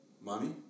Mommy